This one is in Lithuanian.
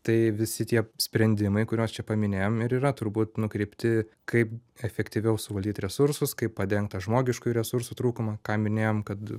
tai visi tie sprendimai kuriuos čia paminėjom ir yra turbūt nukreipti kaip efektyviau suvaldyt resursus kaip padengt tą žmogiškųjų resursų trūkumą ką minėjom kad